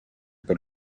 per